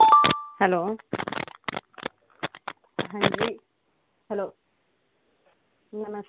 hello हां जी hello नमस्ते हां तुस कुन